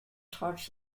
touch